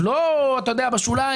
לא משהו בשוליים,